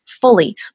fully